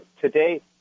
Today